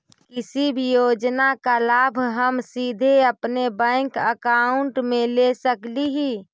किसी भी योजना का लाभ हम सीधे अपने बैंक अकाउंट में ले सकली ही?